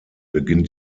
beginnt